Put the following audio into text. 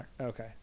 Okay